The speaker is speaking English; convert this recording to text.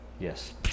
yes